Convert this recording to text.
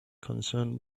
concerned